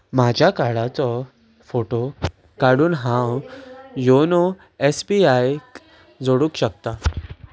म्हाज्या कार्डाचो फोटो काडून हांव योनो एसबीआयक जोडूक शकता